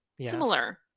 similar